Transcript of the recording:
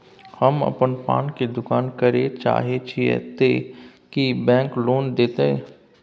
हम पान के दुकान करे चाहे छिये ते की बैंक लोन देतै?